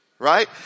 right